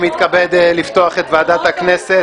שלום, אני מתכבד לפתוח את ועדת הכנסת.